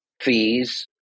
Fees